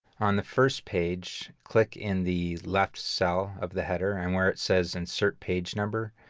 on the first page, click in the left cell of the header and where it says insert page number,